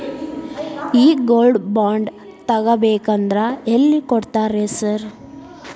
ಈ gold bond ತಗಾಬೇಕಂದ್ರ ಎಲ್ಲಿ ಕೊಡ್ತಾರ ರೇ ಸಾರ್?